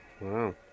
Wow